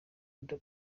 oda